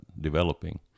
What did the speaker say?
developing